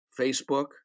Facebook